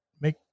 make